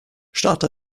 starte